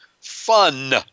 Fun